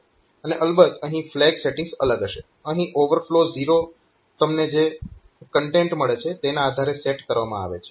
અને અલબત્ત અહીં ફ્લેગ સેટીંગ્સ અલગ હશે અહીં ઓવરફ્લો ઝીરો તમને જે કન્ટેન્ટ મળે છે તેના આધારે સેટ કરવામાં આવે છે